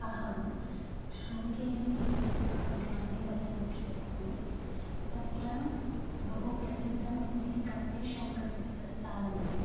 अहं श्रुङ्गेरि इति नामके ग्रामे वसन्ती अस्मि तत्र बहु प्रसिद्धमस्ति कप्पेशङ्करदेवस्थानमिति